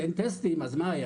אז מה קרה?